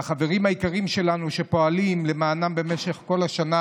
והחברים היקרים שלנו פועלים למענם במשך כל השנה,